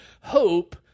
hope